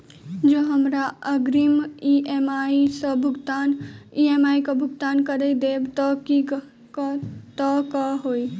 जँ हमरा अग्रिम ई.एम.आई केँ भुगतान करऽ देब तऽ कऽ होइ?